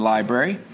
Library